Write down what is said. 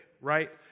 right